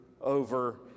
over